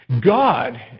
God